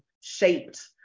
shaped